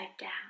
down